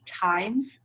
times